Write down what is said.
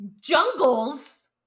jungles